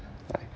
life